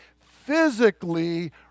physically